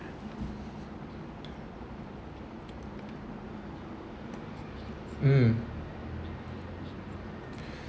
mm